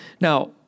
Now